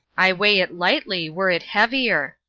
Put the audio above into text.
i weigh it lightly, were it heavier.